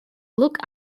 look